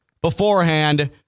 beforehand